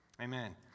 Amen